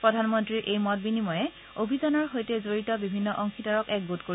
প্ৰধানমন্ত্ৰীৰ এই মত বিনিময়ে অভিযানৰ সৈতে জড়িত বিভিন্ন অংশীদাৰক একগোট কৰিব